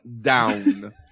down